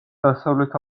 დასავლეთ